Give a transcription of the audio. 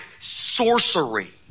sorcery